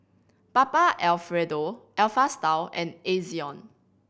Papa Alfredo Alpha Style and Ezion